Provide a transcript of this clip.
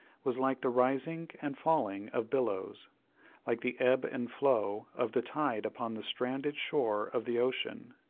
was like the rising and falling of billows like the ebb and flow of the tide upon the stranded shore of the ocean.